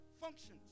functions